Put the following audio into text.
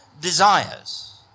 desires